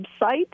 website